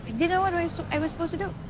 didn't know what i so i was supposed to do.